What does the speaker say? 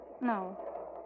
no